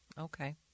okay